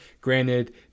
Granted